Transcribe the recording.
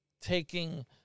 taking